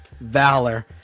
valor